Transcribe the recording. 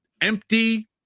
empty